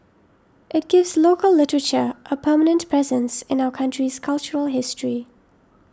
it gives local literature a permanent presence in our country's cultural history